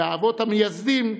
והאבות המייסדים דאגו,